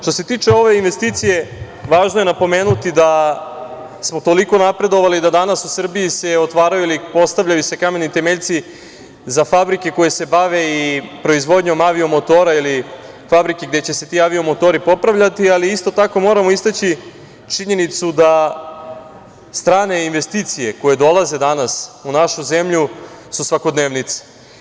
Što se tiče ove investicije, važno je napomenuti da smo toliko napredovali da danas u Srbiji se otvaraju ili se postavljaju kamen temeljci za fabrike koje se bave i proizvodnjom avio-motora ili fabrike gde će se ti avio-motori popravljati, ali isto tako moramo istaći činjenicu da strane investicije koje dolaze danas u našu zemlju su svakodnevica.